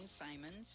Simons